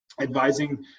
advising